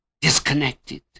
disconnected